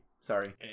sorry